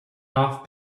off